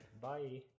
Bye